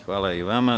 Hvala i vama.